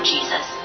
Jesus